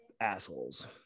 assholes